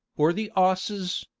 or the osses,